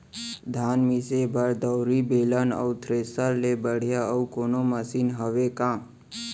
धान मिसे बर दउरी, बेलन अऊ थ्रेसर ले बढ़िया अऊ कोनो मशीन हावे का?